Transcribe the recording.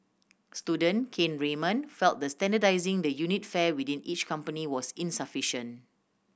student Kane Raymond felt that standardising the unit fare within each company was insufficiention